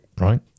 right